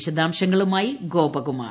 വിശദാംശങ്ങളുമായി ഗോപകുമാർ